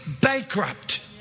bankrupt